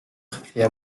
cria